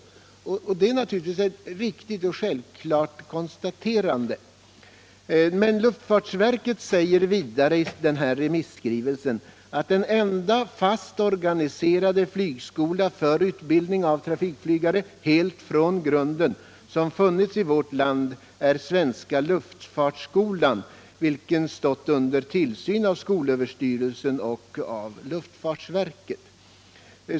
Det är naturligtvis ett riktigt och självklart konstaterande. Luftfartsverket säger vidare i denna remisskrivelse att den enda fast organiserade flygskola för utbildning av trafikflygare helt från grunden som funnits i vårt land är Svenska luftfartsskolan, vilken stått under tillsyn av skolöverstyrelsen och luftfartsverket.